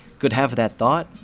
could have that thought,